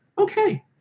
okay